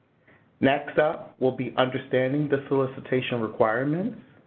next up, we'll be understanding the solicitation requirements.